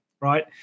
Right